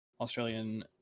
Australian